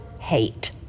hate